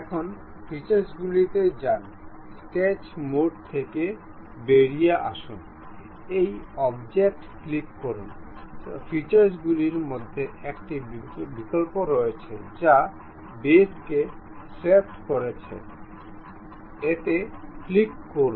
এখন ফিচার্সগুলিতে যান স্কেচ মোড থেকে বেরিয়ে আসুন এই অবজেক্টে ক্লিক করুন ফিচার্সগুলির মধ্যে একটি বিকল্প রয়েছে যা বেসকে সোয়েপ্ট করেছে এতে ক্লিক করুন